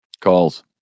Calls